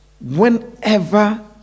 whenever